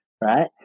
right